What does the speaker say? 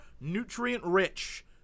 nutrient-rich